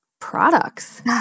products